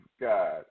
God